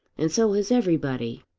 and so has everybody.